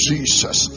Jesus